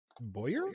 boyer